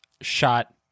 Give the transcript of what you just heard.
shot